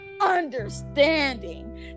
understanding